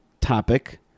topic